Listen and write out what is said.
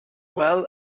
well